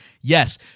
yes